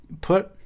put